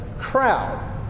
crowd